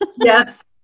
Yes